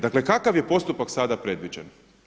Dakle kakav je postupak sada predviđen?